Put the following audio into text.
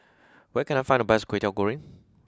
where can I find the best Kwetiau Goreng